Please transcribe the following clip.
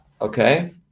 Okay